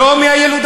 כמה שורות.